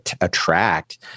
attract